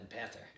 Panther